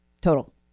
total